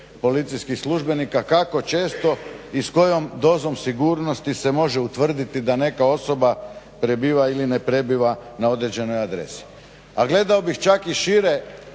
policijskih službenika kako često i s kojom dozom sigurnosti se može utvrditi da neka osoba prebiva ili ne prebiva na određenoj adresi. A gledao bih čak i šire